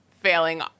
failing